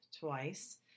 twice